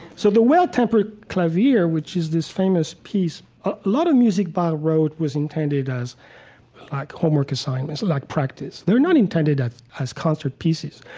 so the well-tempered clavier, which is this famous piece a lot of music bach wrote was intended as like homework assignments, like practice. they're not intended as concert pieces.